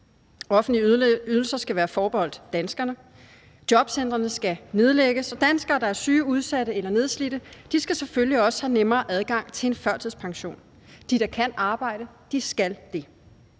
Offentlige ydelser skal være forbeholdt danskerne. Jobcentrene skal nedlægges, og danskere, der er syge, udsatte eller nedslidte, skal selvfølgelig også have nemmere adgang til en førtidspension. De, der kan arbejde, skal gøre